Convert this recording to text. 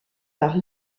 par